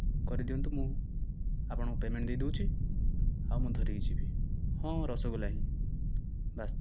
କରିଦିଅନ୍ତୁ ମୁଁ ଆପଣଙ୍କୁ ପେ'ମେଣ୍ଟ ଦେଇଦେଉଛି ଆଉ ମୁଁ ଧରିକି ଯିବି ହଁ ରସଗୋଲା ହିଁ ବାସ